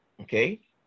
okay